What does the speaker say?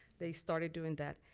they started doing that.